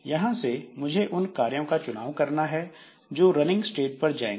यहां से मुझे उन कार्यों का चुनाव करना है जो रनिंग स्टेट पर जाएंगे